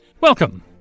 Welcome